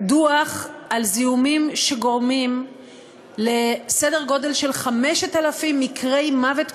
דוח על זיהומים שגורמים לסדר גודל של 5,000 מקרי מוות בשנה,